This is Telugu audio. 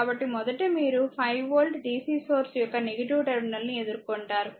కాబట్టి మొదట మీరు 5 వోల్ట్ డిసి సోర్స్ యొక్క టెర్మినల్ ను ఎదుర్కొంటారు